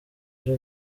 uje